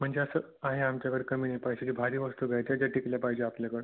म्हणजे असं आहे आमच्याकडं कमी नाही पैशाची भारी वस्तू घ्यायच्या ज्या टिकल्या पाहिजे आपल्याकडं